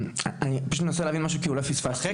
אני פשוט מנסה להבין משהו כי אולי פספסתי.